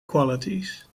qualities